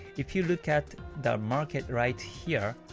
if you look at the market right here,